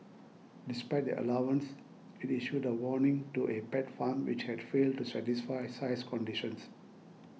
despite the allowance it issued a warning to a pet farm which had failed to satisfy size conditions